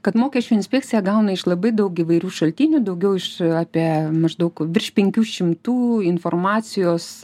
kad mokesčių inspekcija gauna iš labai daug įvairių šaltinių daugiau iš apie maždaug virš penkių šimtų informacijos